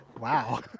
Wow